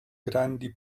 grandi